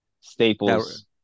staples